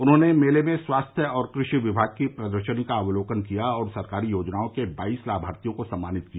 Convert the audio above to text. उन्होंने मेले में स्वास्थ्य और कृषि विभाग की प्रदर्शनी का अवलोकन किया और सरकारी योजनाओं के बाइस लामार्थियों को सम्मानित किया